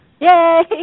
Yay